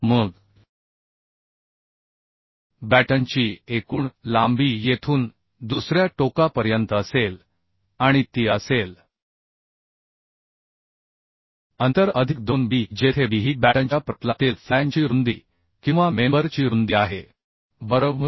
मग बॅटनची एकूण लांबी येथून दुसऱ्या टोकापर्यंत असेल आणि ती असेल अंतर अधिक 2 b जेथे b ही बॅटनच्या प्रतलातील फ्लॅंजची रुंदी किंवा मेंबर ची रुंदी आहे बरोबर